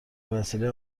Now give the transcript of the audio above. بهوسیله